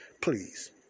please